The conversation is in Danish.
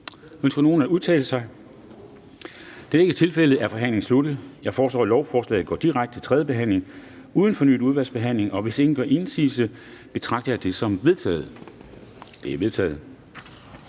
Ønsker nogen at udtale sig? Da det ikke er tilfældet, er forhandlingen sluttet. Jeg foreslår, at lovforslaget går direkte til tredjebehandling uden fornyet udvalgsbehandling. Hvis ingen gør indsigelse, betragter jeg det som vedtaget. Det er vedtaget.